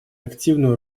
активную